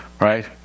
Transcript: right